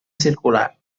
circular